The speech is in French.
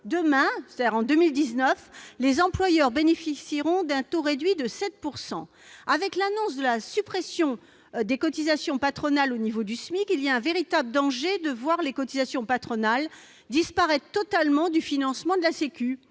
demain, c'est-à-dire en 2019, les employeurs bénéficieront d'un taux réduit de 7 %. Avec l'annonce de la suppression des cotisations patronales au niveau du SMIC, il y a un véritable danger de voir les cotisations patronales disparaître totalement du financement de la sécurité